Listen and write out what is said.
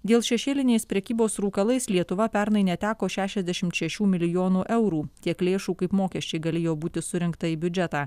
dėl šešėlinės prekybos rūkalais lietuva pernai neteko šešiasdėšimt šešių milijonų eurų tiek lėšų kaip mokesčiai galėjo būti surinkta į biudžetą